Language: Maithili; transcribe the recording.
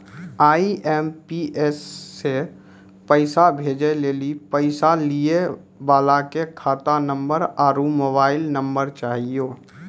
आई.एम.पी.एस से पैसा भेजै लेली पैसा लिये वाला के खाता नंबर आरू मोबाइल नम्बर चाहियो